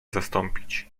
zastąpić